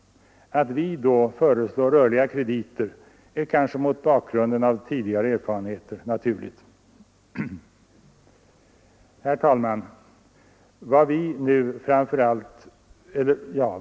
Att vi för vår del då föreslår rörliga krediter är kanske mot bakgrunden av de tidigare erfarenheterna naturligt. Herr talman!